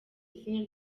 izina